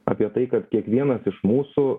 apie tai kad kiekvienas iš mūsų